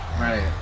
Right